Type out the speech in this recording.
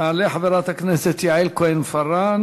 תעלה חברת הכנסת יעל כהן-פארן,